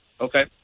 okay